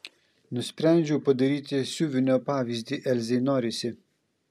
nusprendžiau padaryti siuvinio pavyzdį elzei norisi